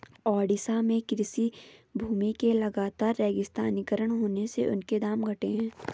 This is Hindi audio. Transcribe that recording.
ओडिशा में कृषि भूमि के लगातर रेगिस्तानीकरण होने से उनके दाम घटे हैं